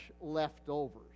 leftovers